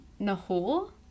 nahul